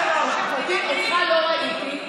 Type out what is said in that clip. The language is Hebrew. פטין, אותך לא ראיתי.